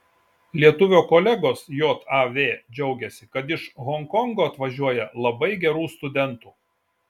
lietuvio kolegos jav džiaugiasi kad iš honkongo atvažiuoja labai gerų studentų